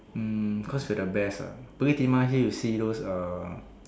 mm cause we're the best ah Bukit-Timah Hill you see those uh